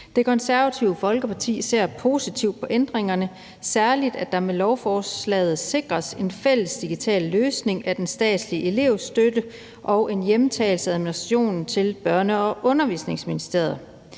Det Konservative Folkeparti ser positivt på ændringerne, særlig at der med lovforslaget sikres en fælles digital løsning af den statslige elevstøtte og en hjemtagelse af administrationen til Børne- og Undervisningsministeriet.